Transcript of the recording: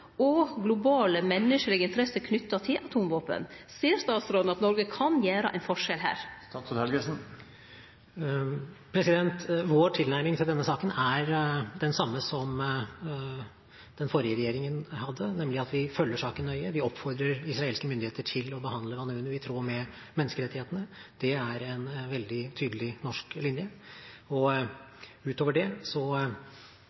og globale menneskelege interesser knytte til atomvåpen. Ser statsråden at Noreg kan gjere ein forskjell her? Vår tilnærming til denne saken er den samme som den forrige regjeringen hadde, nemlig at vi følger saken nøye. Vi oppfordrer israelske myndigheter til å behandle Vanunu i tråd med menneskerettighetene. Det er en veldig tydelig norsk linje. Utover det